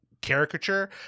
caricature